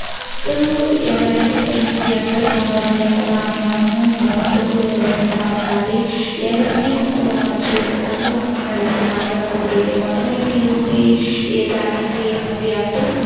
అందరూ ఎవరైతే ఏముంది అందరూ మన వాళ్లే కదా అని మనము ముందుకు వెళ్తూ ఉండాలి ఎవరిని తక్కువ చూ తక్కువ అంచనా వేసి మాట్లాడకూడదు ఏ మతమైతే ఏముంది ఏ జాతైతే ఏముంది అందరూ